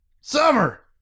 Summer